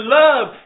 love